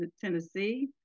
Tennessee